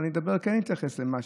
ואני כן אתייחס למה